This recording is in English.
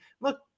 Look